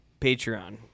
Patreon